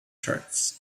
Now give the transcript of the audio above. charts